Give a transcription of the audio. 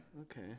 Okay